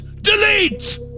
DELETE